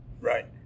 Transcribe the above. Right